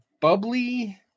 Bubbly